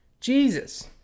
Jesus